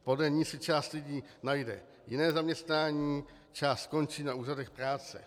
Podle ní si část lidí najde jiné zaměstnání, část skončí na úřadech práce.